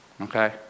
Okay